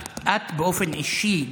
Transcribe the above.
את באופן אישי,